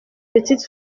petite